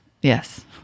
Yes